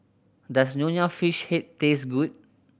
does Nonya Fish Head taste good